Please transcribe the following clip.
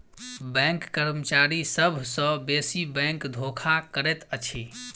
bank कर्मचारी सभ सॅ बेसी बैंक धोखा करैत अछि